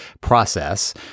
process